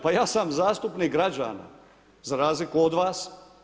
Pa ja sam zastupnik građana za razliku od vas.